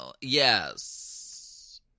Yes